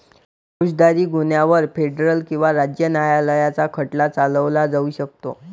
फौजदारी गुन्ह्यांवर फेडरल किंवा राज्य न्यायालयात खटला चालवला जाऊ शकतो